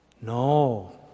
No